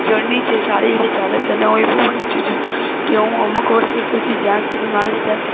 journey છે એ સારી રીતે ચાલે છે અને હું એવું પણ ઈચ્છું છું કે હું અમુક વર્ષો સુધી જ્યાં સુધી મારાથી થાય